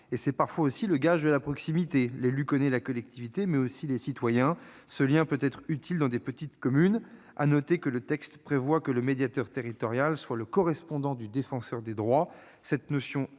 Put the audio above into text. Et c'est parfois aussi le gage de la proximité, car l'élu connaît la collectivité, mais aussi les citoyens. Ce lien peut être utile dans de petites communes. Il est à noter que le texte prévoit que le médiateur territorial soit le correspondant du Défenseur des droits